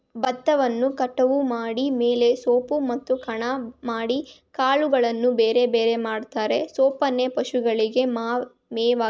ಬತ್ತವನ್ನು ಕಟಾವು ಮಾಡಿದ ಮೇಲೆ ಸೊಪ್ಪೆ ಮತ್ತು ಕಣ ಮಾಡಿ ಕಾಳುಗಳನ್ನು ಬೇರೆಬೇರೆ ಮಾಡ್ತರೆ ಸೊಪ್ಪೇನ ಪಶುಗಳಿಗೆ ಮೇವಾಗಿ ಬಳಸ್ತಾರೆ